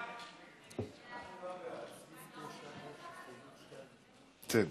אם כך, סעיפים 1 8 עברו ב-29, נגד,